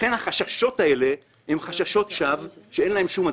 לכן החששות הללו הם חששות שווא ואין להם שום הצדקה.